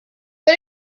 but